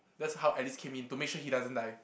that's how Alice came in to make sure he doesn't die